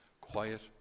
quiet